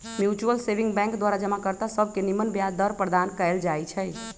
mutual saving bank द्वारा जमा कर्ता सभके निम्मन ब्याज दर प्रदान कएल जाइ छइ